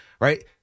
right